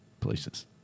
places